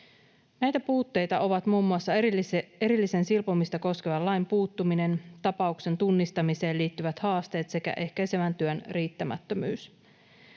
Näitä puutteita ovat muun muassa erillisen, silpomista koskevan lain puuttuminen, tapauksen tunnistamiseen liittyvät haasteet sekä ehkäisevän työn riittämättömyys.